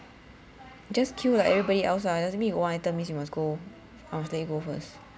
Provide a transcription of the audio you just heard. just queue like everybody else lah doesn't mean you one item means you must go I must let you go first